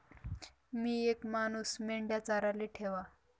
मी येक मानूस मेंढया चाराले ठेवा